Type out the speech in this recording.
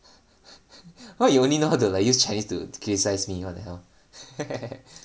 why you only know how to like use chinese to criticize me what the hell